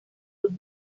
dos